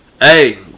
hey